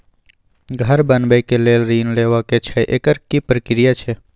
घर बनबै के लेल ऋण लेबा के छै एकर की प्रक्रिया छै?